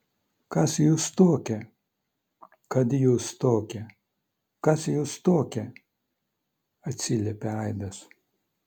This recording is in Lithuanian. kas jūs tokie kad jūs tokie kas jūs tokie atsiliepė aidas